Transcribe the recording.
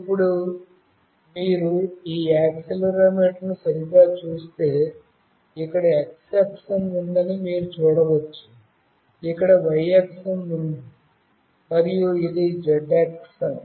ఇప్పుడు మీరు ఈ యాక్సిలెరోమీటర్ను సరిగ్గా చూస్తే ఇక్కడ x అక్షం ఉందని మీరు చూడవచ్చు ఇక్కడ y అక్షం ఉంది మరియు ఇది z అక్షం